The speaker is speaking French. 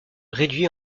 réduit